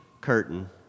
curtain